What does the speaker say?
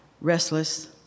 restless